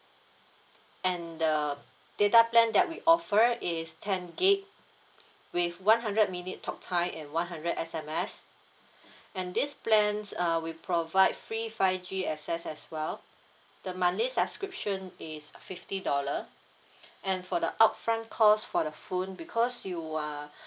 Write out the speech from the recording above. and the data plan that we offer is ten gig with one hundred minute talk time and one hundred S_M_S and this plans uh we provide free five G access as well the monthly subscription is uh fifty dollar and for the upfront cost for the phone because you uh